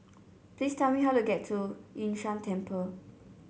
please tell me how to get to Yun Shan Temple